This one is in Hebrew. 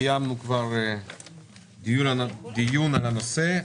קיימנו כבר דיון על הנושא,